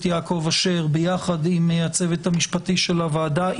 יעקב אשר יחד עם הצוות המשפטי של הוועדה.